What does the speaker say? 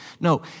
No